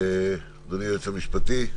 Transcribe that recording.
אדוני היועץ המשפטי.